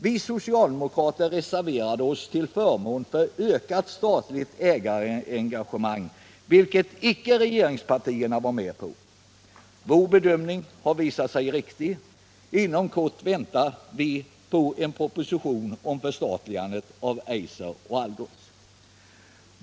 Vi socialdemokrater reserverade oss till förmån för ökat statligt ägarengagemang, vilket regeringspartierna icke var med på. Vår bedömning har nu visat sig riktig. Inom kort väntar vi en proposition om förstatligande av Eiser och Algots.